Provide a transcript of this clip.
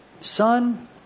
son